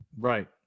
Right